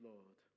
Lord